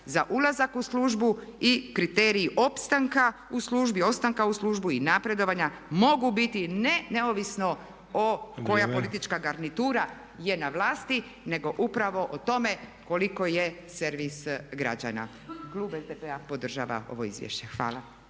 za ulazak u službu i kriteriji opstanka u službi, ostanka u službi i napredovanja mogu biti ne neovisno koja politička garnitura je na vlasti nego upravo o tome koliko je servis građana. Klub SDP-a podržava ovo izvješće. Hvala.